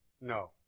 No